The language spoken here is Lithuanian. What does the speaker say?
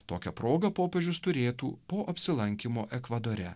tokia proga popiežius turėtų po apsilankymo ekvadore